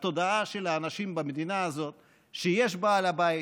לתודעה של האנשים במדינה הזאת שיש בעל בית,